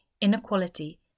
Inequality